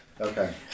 Okay